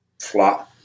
flat